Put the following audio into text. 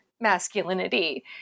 masculinity